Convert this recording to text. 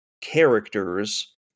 characters